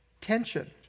tension